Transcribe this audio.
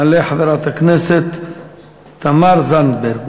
תעלה חברת הכנסת תמר זנדברג,